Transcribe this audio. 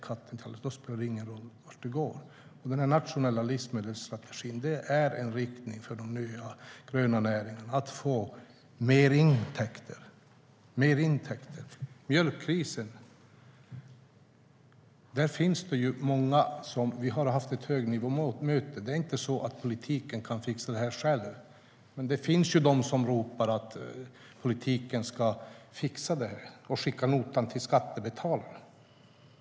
Katten svarar: Då spelar det ingen roll vart du går. Den nationella livsmedelsstrategin är en riktning för de nya gröna näringarna, för att få mer intäkter. Vi har mjölkkrisen. Vi har haft ett högnivåmöte. Det är inte så att politiken ensam kan fixa det. Det finns de som ropar på att politiken ska fixa det och skicka notan till skattebetalarna.